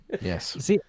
Yes